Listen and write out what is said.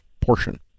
portion